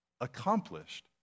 accomplished